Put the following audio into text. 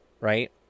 right